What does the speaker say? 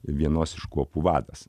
vienos iš kuopų vadas